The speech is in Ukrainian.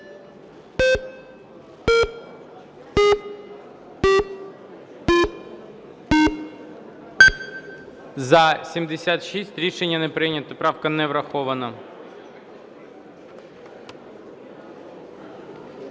За-76 Рішення не прийнято. Правка не врахована.